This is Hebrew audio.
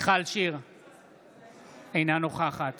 אינה נוכחת